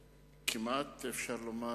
וכמעט אפשר לומר,